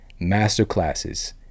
masterclasses